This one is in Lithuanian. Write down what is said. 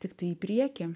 tiktai į priekį